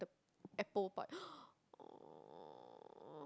apple pie oh !aww!